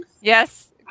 Yes